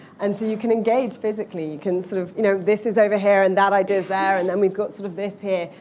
and so you can engage physically. you can sort of you know this is over here, and that idea's there, and then we've got sort of this here.